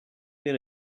get